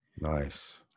Nice